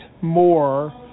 more